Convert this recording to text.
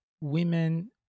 women